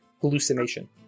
hallucination